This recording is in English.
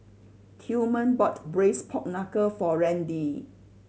Tillman bought Braised Pork Knuckle for Randi